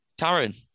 Taryn